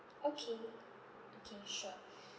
okay okay sure